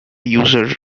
user